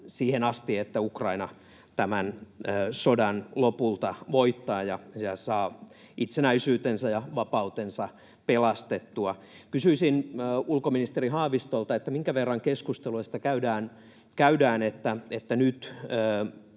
siihen asti, että Ukraina tämän sodan lopulta voittaa ja saa itsenäisyytensä ja vapautensa pelastettua. Kysyisin ulkoministeri Haavistolta: minkä verran keskustelua käydään siitä, että nyt